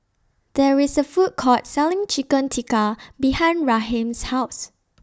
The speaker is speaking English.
There IS A Food Court Selling Chicken Tikka behind Raheem's House